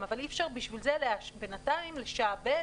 אבל אי-אפשר בשביל זה בינתיים לשעבד